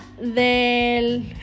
del